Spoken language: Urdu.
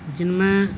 جن میں